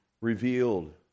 revealed